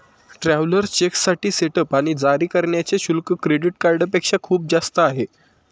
travellers चेकसाठी setup आणि जारी करण्याचे शुल्क क्रेडिट कार्डपेक्षा खूप जास्त आहे